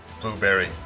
Blueberry